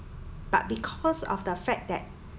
but because of the fact that